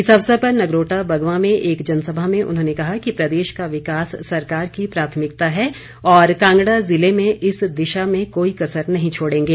इस अवसर पर नगरोटा बगवां में एक जनसभा में उन्होंने कहा कि प्रदेश का विकास सरकार की प्राथमिकता है और कांगड़ा जिले में इस दिशा में कोई कसर नहीं छोड़ेंगे